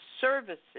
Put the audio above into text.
services